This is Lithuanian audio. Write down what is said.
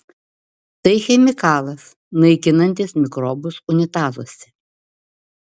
tai chemikalas naikinantis mikrobus unitazuose